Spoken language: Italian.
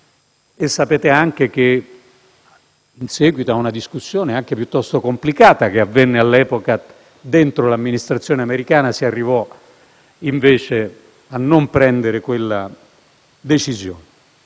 Sapete anche che, in seguito a una discussione piuttosto complicata che avvenne all'epoca all'interno dell'amministrazione americana, si arrivò invece a non prendere quella decisione.